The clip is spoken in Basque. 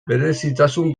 berezitasun